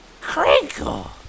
Crinkle